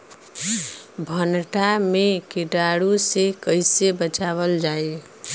भनटा मे कीटाणु से कईसे बचावल जाई?